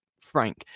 frank